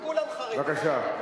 בבקשה.